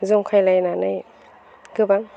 जंखायलायनानै गोबां